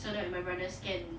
so that my brothers can